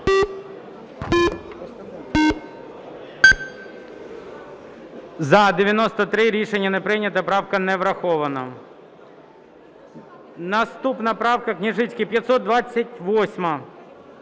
За-93 Рішення не прийнято. Правка не врахована. Наступна правка. Княжицький, 528-а.